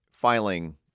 filing